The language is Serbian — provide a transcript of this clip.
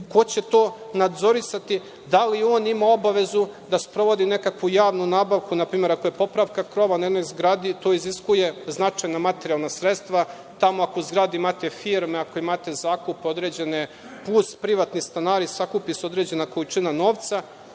ko će to nadzirati, da li on ima obavezu da sprovodi nekakvu javnu nabavku, npr. ako je popravka krova na jednoj zgradi to iziskuje značajna materijalna sredstva. Ako u zgradi imate firme u zakupu, plus privatni stanari sakupi se određena količina novca